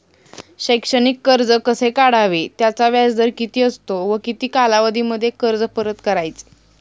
शैक्षणिक कर्ज कसे काढावे? त्याचा व्याजदर किती असतो व किती कालावधीमध्ये कर्ज परत करायचे?